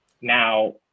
now